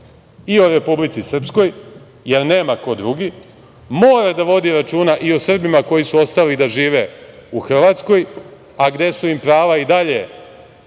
i o Republici Srpskoj, jer nema ko drugi, mora da vodi računa i o Srbima koji su ostali da žive u Hrvatskoj, a gde su im prava i dalje